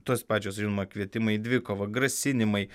tos pačios žinoma kvietimai į dvikova grasinimai